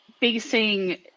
basing